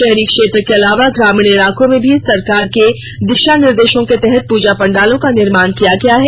शहरी क्षेत्र के अलावा ग्रामीण इलाकों में भी सरकार के दिशा निर्देशों के तहत पूजा पंडालों का निर्माण किया गया है